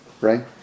right